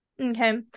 okay